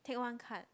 take one card